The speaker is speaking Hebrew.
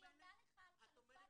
אני עונה לך על חלופת